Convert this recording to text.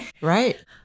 Right